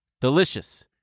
delicious